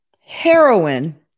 heroin